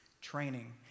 training